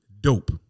dope